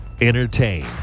Entertain